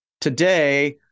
Today